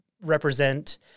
represent